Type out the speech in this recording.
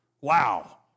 Wow